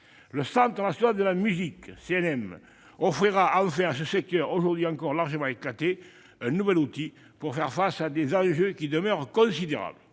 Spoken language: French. Le Centre national de la musique (CNM) offrira enfin à ce secteur, aujourd'hui encore largement éclaté, un nouvel outil pour faire face à des enjeux qui demeurent considérables.